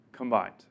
combined